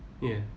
ya